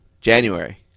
january